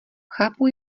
chápu